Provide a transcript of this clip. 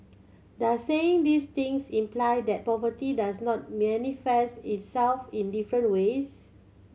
does saying these things imply that poverty does not manifest itself in different ways